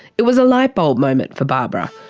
it was a lightbulb moment for barbara.